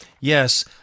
Yes